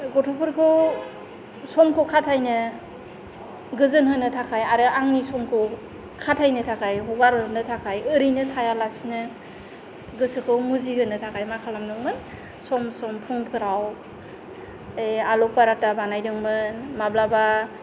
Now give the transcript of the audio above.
गथ'फोरखौ समखौ खाथायनो गोजोनहोनो थाखाय आरो आंनि समखौ खाथायनो थाखाय हगारहरनो थाखाय ओरैनो थायालासिनो गोसोखौ मुजिहोनो थाखाय मा खालामदोंमोन सम सम फुंफोराव ओ आलु पराता बानायदोंमोन माब्लाबा